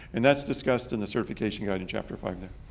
and that's discussed in the certification guide in chapter five there.